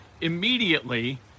immediately